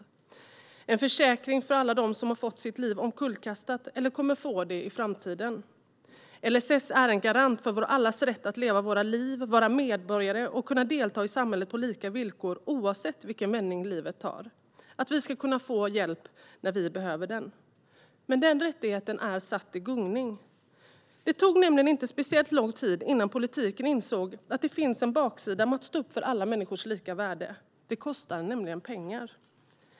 Den är en försäkring för alla dem som har fått sina liv omkullkastade eller kommer att få det i framtiden. LSS är en garant för allas vår rätt att leva våra liv, vara medborgare och kunna delta i samhället på lika villkor oavsett vilken vändning livet tar. Vi ska få hjälp när vi behöver den. Men den rättigheten är satt i gungning. Det tog nämligen inte speciellt lång tid innan politiken insåg att det finns en baksida av att stå upp för alla människors lika värde. Det kostar nämligen pengar.